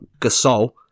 Gasol